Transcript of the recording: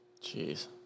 Jeez